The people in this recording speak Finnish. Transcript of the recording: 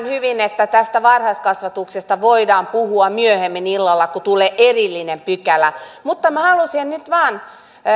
hyvin että tästä varhaiskasvatuksesta voidaan puhua myöhemmin illalla kun tulee erillinen pykälä mutta minä haluaisin nyt vain